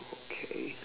okay